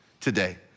today